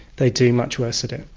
they do much worse at it.